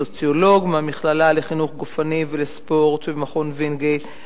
סוציולוג מהמכללה לחינוך גופני ולספורט שבמכון וינגייט,